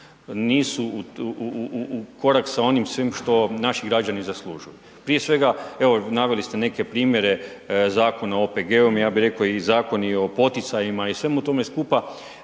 nisu u korak sa onim svim što naši građani zaslužuju. Prije svega evo naveli ste neke primjere Zakona o OPG-u, ja bi rekao i zakoni o poticajima i svemu tome skupa,